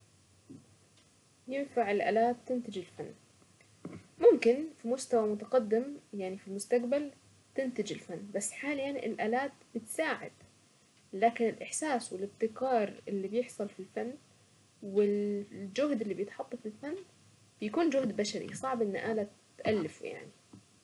ينفع الالات تنتج الفن ممكن في مستوى متقدم يعني في المستقبل تنتج الفن بس حاليا الالات بتساعد. لكن الاحساس والابتكار اللي بيحصل في الفن والجهد اللي بيتحط في السن بيكون جهد بشري صعب ان الة تألف يعني.